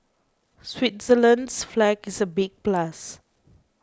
Switzerland's flag is a big plus